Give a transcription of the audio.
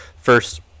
first